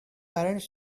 parents